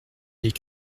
des